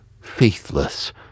faithless